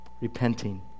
Repenting